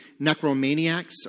necromaniacs